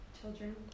Children